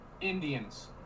Indians